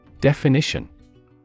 Definition